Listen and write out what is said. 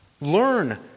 Learn